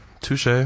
Touche